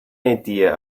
idea